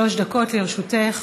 שלוש דקות לרשותך.